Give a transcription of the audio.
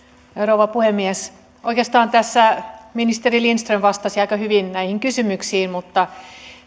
rouva puhemies oikeastaan ministeri lindström vastasi aika hyvin näihin kysymyksiin mutta